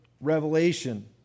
Revelation